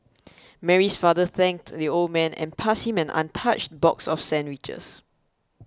Mary's father thanked the old man and passed him an untouched box of sandwiches